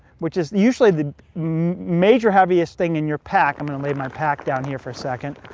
which is usually the major heaviest thing in your pack. i'm gonna lay my pack down here for a second.